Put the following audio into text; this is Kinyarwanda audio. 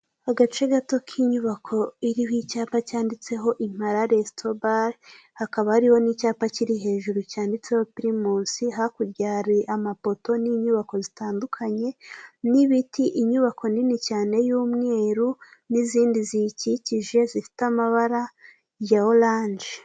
Agace gato ka inyubako iriho icyapa cyanditseho impara resito bare, hakaba hariho na icyapa kiri hejuru cyanditseho pirimusi, hakurya hari amapoto na inyubako zitandukanye na ibiti, inyubako nini cyane ya umweru nizindi ziyikikije zifite amabara ya oranje.